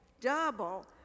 double